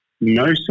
No